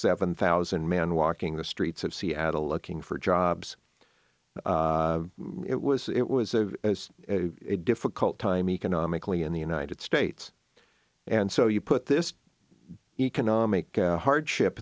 seven thousand men walking the streets of seattle looking for jobs it was it was a difficult time economically in the united states and so you put this economic hardship